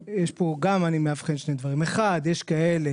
נכון, אני מאבחן שני דברים, אחת, יש כאלה